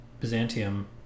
Byzantium